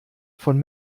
von